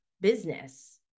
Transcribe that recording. business